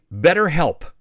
BetterHelp